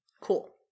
Cool